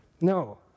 No